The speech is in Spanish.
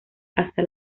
hasta